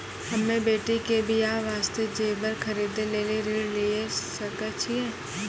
हम्मे बेटी के बियाह वास्ते जेबर खरीदे लेली ऋण लिये सकय छियै?